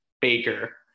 baker